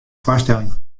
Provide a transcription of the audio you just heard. foarstelling